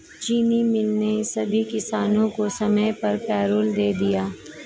चीनी मिल ने सभी किसानों को समय पर पैरोल दे दिया